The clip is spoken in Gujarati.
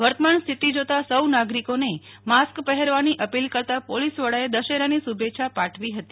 વર્તમાન સ્થિતિ જોતા સૌ નાગરીકોને માસ્ક પહેરવાની અપીલ કરતા પોલીસવડાએ દશેરાની શુભેચ્છા પાઠવી હતી